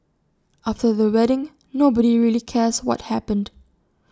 after the wedding nobody really cares what happened